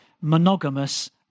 monogamous